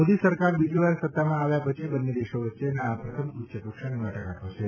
મોદી સરકાર બીજી વાર સત્તામાં આવ્યા પછી બંને દેશો વચ્ચેના આ પ્રથમ ઉચ્ચકક્ષાની વાટાઘાટો છે